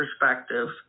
perspective